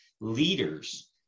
Leaders